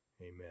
Amen